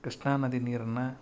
ಕೃಷ್ಣಾ ನದಿ ನೀರನ್ನು